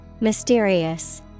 Mysterious